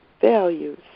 values